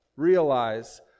realize